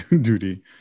duty